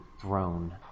throne